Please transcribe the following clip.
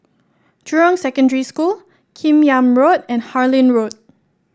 Jurong Secondary School Kim Yam Road and Harlyn Road